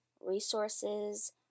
resources